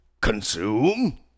consume